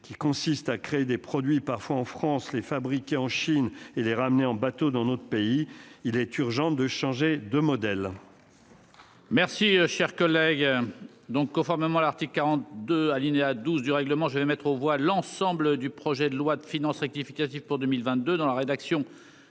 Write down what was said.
qui consiste parfois à créer des produits en France, les fabriquer en Chine et les ramener par bateau dans notre pays. Il est urgent de changer de modèle.